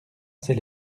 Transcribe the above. ses